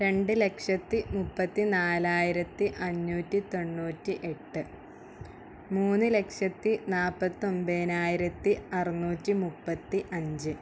രണ്ട് ലക്ഷത്തി മുപ്പത്തി നാലായിരത്തി അഞ്ഞൂറ്റി തൊണ്ണൂറ്റി എട്ട് മൂന്ന് ലക്ഷത്തി നാല്പത്തി ഒൻപതിനായിരത്തി അറുന്നൂറ്റി മുപ്പത്തി അഞ്ച്